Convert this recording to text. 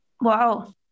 Wow